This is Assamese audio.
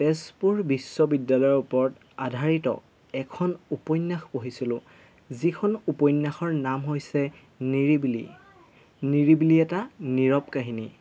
তেজপুৰ বিশ্ববিদ্যালয়ৰ ওপৰত আধাৰিত এখন উপন্যাস পঢ়িছিলোঁ যিখন উপন্যাসৰ নাম হৈছে নিৰিবিলি নিৰিবিলি এটা নিৰৱ কাহিনী